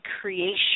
creation